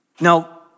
Now